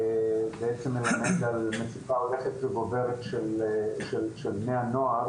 בעצם, מלמד על מצוקה הולכת וגוברת של בני הנוער.